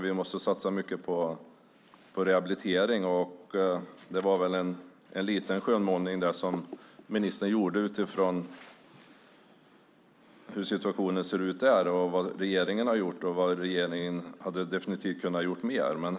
Vi måste satsa mycket på rehabilitering. Det var en liten skönmålning som ministern gjorde av hur situationen ser ut och vad regeringen har gjort. Regeringen hade definitivt kunnat göra mer.